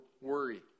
worry